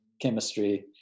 chemistry